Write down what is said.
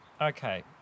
okay